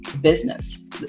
business